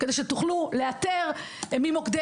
כדי שאפשר יהיה לאתר את מוקדי